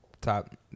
Top